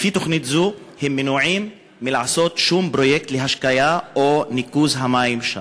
לפי תוכנית זו הם מנועים מלעשות כל פרויקט להשקיה או ניקוז המים שם,